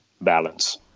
balance